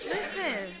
Listen